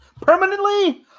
Permanently